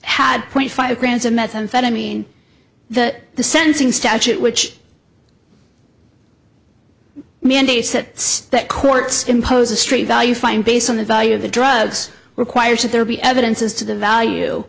had point five grams of methamphetamine that the sentencing statute which mandates that state courts impose a street value fine based on the value of the drugs requires that there be evidence as to the value